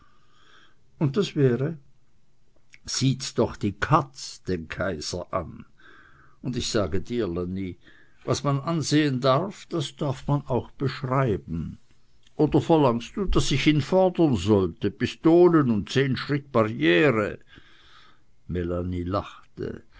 und das wäre sieht doch die katz den kaiser an und ich sage dir lanni was man ansehen darf das darf man auch beschreiben oder verlangst du daß ich ihn fordern sollte pistolen und zehn schritt barriere melanie lachte